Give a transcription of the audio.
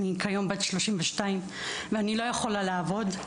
אני כיום בת 32 ואני לא יכולה לעבוד.